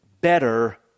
better